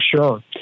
sure